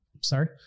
Sorry